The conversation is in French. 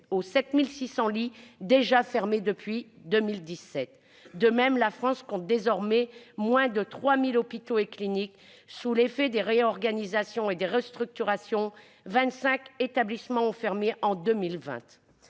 aux 7 600 lits déjà supprimés depuis 2017. De même, la France compte désormais moins de 3 000 hôpitaux et cliniques. Sous l'effet des réorganisations et des restructurations, vingt-cinq établissements ont fermé en 2020.